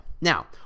Now